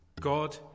God